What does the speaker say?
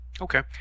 Okay